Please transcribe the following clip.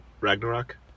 Ragnarok